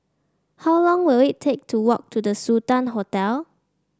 how long will it take to walk to The Sultan Hotel